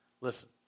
Listen